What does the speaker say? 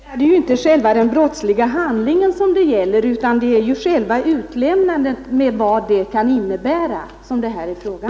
Herr talman! Nu är det inte själva den brottsliga handlingen det gäller utan själva utlämnandet och vad det kan innebära.